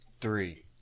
three